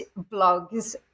blogs